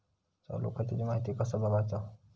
चालू खात्याची माहिती कसा बगायचा?